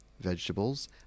vegetables